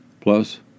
Plus